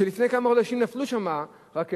ולפני כמה חודשים נפלו שם רקטות,